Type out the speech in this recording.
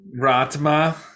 Ratma